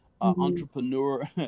entrepreneur